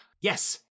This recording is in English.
Yes